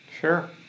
sure